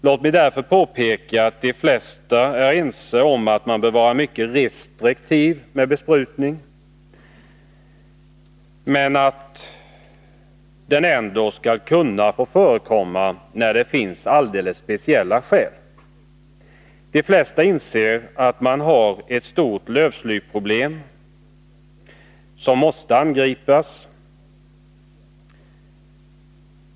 Låt mig därför påpeka att de flesta är ense om att man bör vara mycket restriktiv med besprutning, men att sådan ändå skall kunna få förekomma när det finns alldeles speciella skäl. De flesta inser att man har ett stort lövslyproblem som måste angripas.